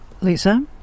Lisa